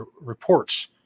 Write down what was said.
reports